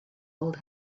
old